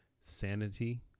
sanity